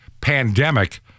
pandemic